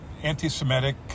anti-Semitic